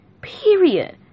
Period